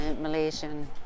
Malaysian